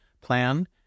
plan